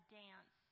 dance